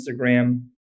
Instagram